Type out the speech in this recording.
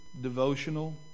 devotional